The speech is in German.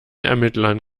ermittlern